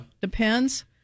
Depends